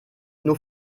nur